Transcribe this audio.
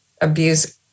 abuse